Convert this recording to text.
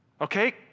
okay